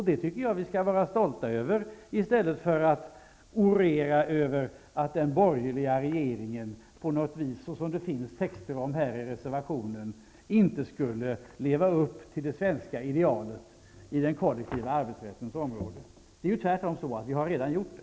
Det tycker jag att vi skall vara stolta över, i stället för att orera över att den borgerliga regeringen på något sätt, som det talas om i reservationen, inte skulle leva upp till det svenska idealet på den kollektiva arbetsrättens område. Det är tvärtom så att vi redan har gjort det.